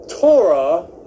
Torah